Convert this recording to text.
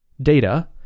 data